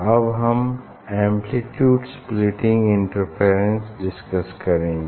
अब हम amplitude splitting interference discuss करेंगे